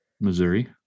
Missouri